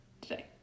today